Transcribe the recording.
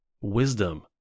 wisdom